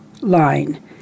line